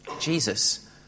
Jesus